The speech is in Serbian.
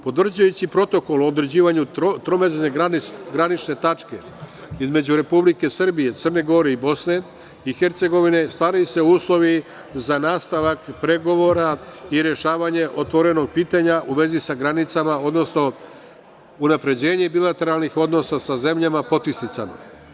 Potvrđujući protokol o određivanju tromeđne granične tačke između Republike Srbije, Crne Gore i BiH stvaraju se uslovi za nastavak pregovora i rešavanje otvorenog pitanja u vezi sa granicama, odnosno unapređenje bilateralnih odnosa sa zemljama potpisnicama.